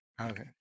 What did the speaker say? Okay